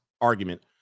argument